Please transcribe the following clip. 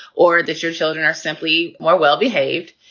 or that your children are simply more well behaved,